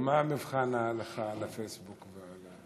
מה מבחן ההלכה על הפייסבוק?